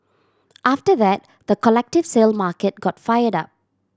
after that the collective sale market got fired up